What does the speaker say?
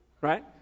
right